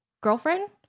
girlfriend